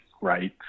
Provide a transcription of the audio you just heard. right